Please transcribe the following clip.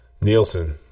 Nielsen